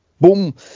boom